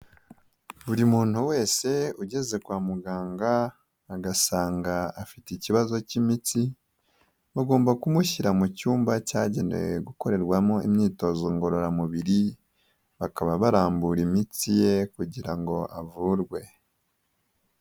Buri muntu wese ugeze kwa muganga, agasanga afite ikibazo cy'imitsi, bagomba kumushyira mu cyumba cyagenewe gukorerwamo imyitozo ngororamubiri, bakaba barambura imitsi ye kugira ngo avurwe.